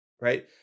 right